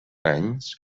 anys